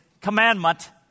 commandment